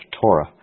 Torah